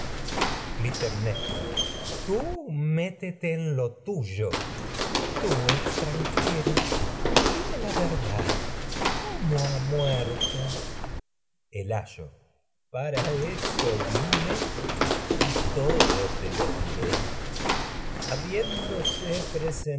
clitemnetra til métete en lo tuyo y tii extran jero dime la verdad cómo ha muerto el ayo para eso vine y todo te lo diré